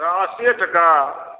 अस्सीए टाका